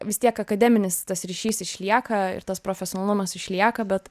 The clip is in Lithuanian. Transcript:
vis tiek akademinis tas ryšys išlieka ir tas profesionalumas išlieka bet